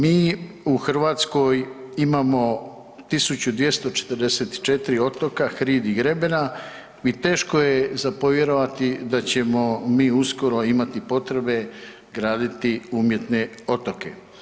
Mi u Hrvatskoj imamo 1244 otoka, hridi i grebena i teško je za povjerovati da ćemo mi uskoro imati potrebe graditi umjetne otoke.